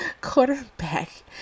Quarterback